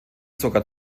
sogar